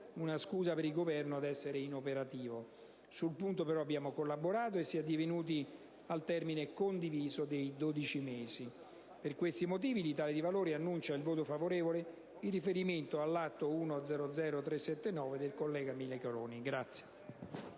una scusa per il Governo ad essere inoperativo. Sul punto però abbiamo collaborato e si è addivenuti al termine condiviso di 12 mesi. Per questi motivi, l'Italia dei Valori annuncia il voto favorevole in riferimento alla mozione 1-00379 (testo 2) del senatore